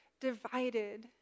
divided